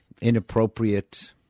inappropriate